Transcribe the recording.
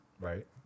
right